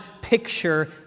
picture